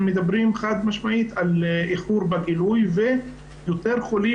הם מדברים חד משמעית על איחור בגילוי ויותר חולים